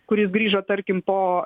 kuris grįžo tarkim po